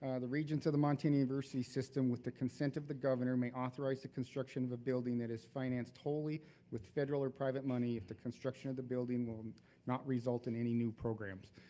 the regents of the montana university system with the consent of the governor may authorize the construction of a building that is financed totally with federal or private money if the construction of the building will um not result in any new programs.